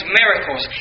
miracles